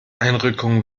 einrückung